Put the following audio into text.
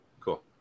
cool